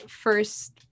first